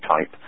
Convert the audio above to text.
type